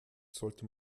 sollte